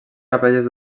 capelles